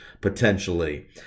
Potentially